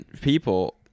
people